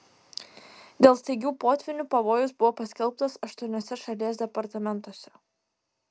dėl staigių potvynių pavojus buvo paskelbtas aštuoniuose šalies departamentuose